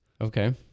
okay